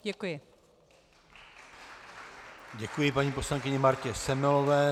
Děkuji paní poslankyni Martě Semelové.